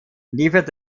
liefert